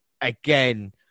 Again